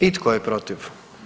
I tko je protiv?